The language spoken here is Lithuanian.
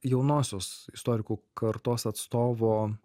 jaunosios istorikų kartos atstovo